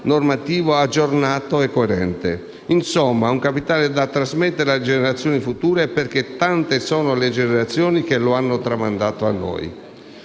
normativo aggiornato e coerente. Insomma, un capitale da trasmettere alle generazioni future, perché tante sono le generazioni che lo hanno tramandato a noi.